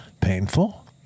Painful